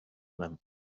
them